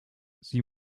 sie